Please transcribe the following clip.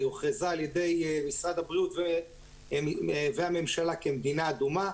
על-ידי משרד הבריאות והממשלה כמדינה אדומה,